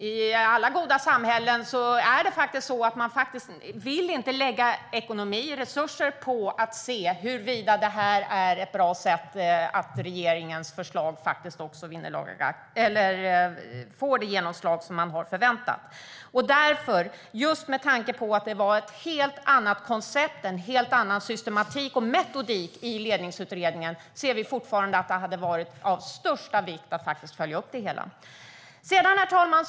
I alla goda samhällen vill man inte lägga ekonomiska resurser på att se efter huruvida regeringens förslag får det genomslag som man har förväntat. Med tanke på att det var ett helt annat koncept, en helt annan systematik och metodik i Ledningsutredningen anser vi fortfarande att det hade varit av största vikt att följa upp det hela. Herr talman!